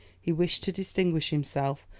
he wished to distinguish himself,